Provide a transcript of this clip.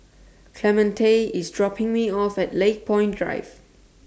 Clemente IS dropping Me off At Lakepoint Drive